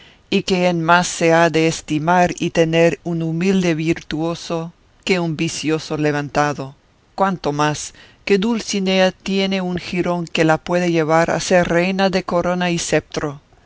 y que en más se ha de estimar y tener un humilde virtuoso que un vicioso levantado cuanto más que dulcinea tiene un jirón que la puede llevar a ser reina de corona y ceptro